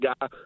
guy